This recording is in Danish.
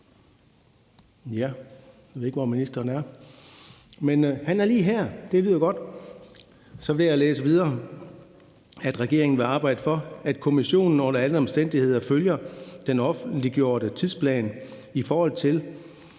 – jeg ved ikke, hvor ministeren er; han er lige her; det lyder godt; så vil jeg læse videre – at arbejde for, at Kommissionen under alle omstændigheder følger den offentliggjorte tidsplan, i forhold til